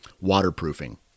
waterproofing